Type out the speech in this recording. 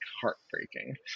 heartbreaking